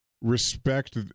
respect